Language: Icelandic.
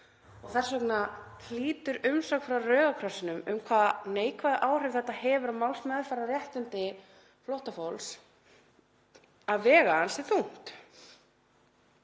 Þess vegna hlýtur umsögn frá Rauða krossinum um hvaða neikvæðu áhrif þetta hefur á málsmeðferðarréttindi flóttafólks að vega ansi þungt.